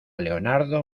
leonardo